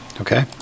Okay